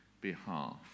behalf